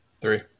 Three